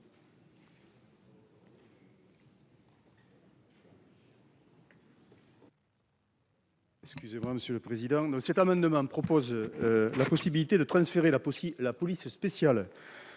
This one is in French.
Excusez-moi monsieur le président. Cet amendement propose. La possibilité de transférer la aussi la police spéciale